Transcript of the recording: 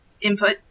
Input